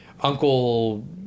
Uncle